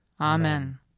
Amen